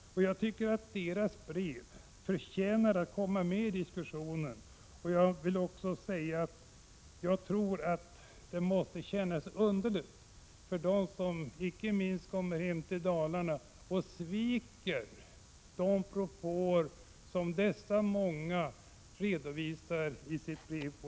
Jag tycker att deras brev förtjänar att komma med i diskussionen, och jag tror att det måste kännas underligt icke minst för dem som kommer hem till Dalarna, om de sviker de propåer som dessa många redovisar i sitt brev.